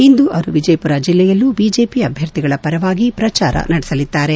ಇಂದು ಅವರು ವಿಜಯಪುರ ಜಿಲ್ಲೆಯಲ್ಲೂ ಬಿಜೆಪಿ ಅಭ್ಯರ್ಥಿಗಳ ಪರವಾಗಿ ಪ್ರಚಾರ ನಡೆಸಲಿದ್ದಾರೆ